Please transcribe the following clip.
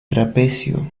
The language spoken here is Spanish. trapecio